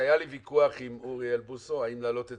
שהיה לי ויכוח עם אוריאל בוסו האם להעלות את